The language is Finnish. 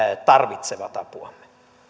tarvitsevat apuamme